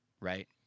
right